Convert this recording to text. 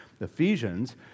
Ephesians